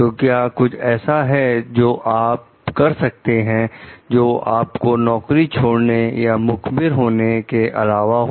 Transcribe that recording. तो क्या कुछ ऐसा है जो आप कर सकते हैं जो आपको नौकरी छोड़ने या मुखबिर होने के अलावा हो